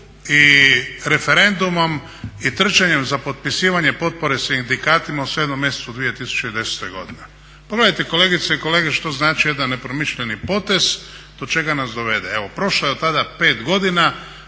i referendumom i trčanjem za potpisivanje potpore sindikatima u 7. mjesecu 2010. godine. Pogledajte kolegice i kolege što znači jedan nepromišljeni potez, do čega nas dovede. Evo, prošlo je otada 5 godina,